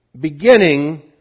beginning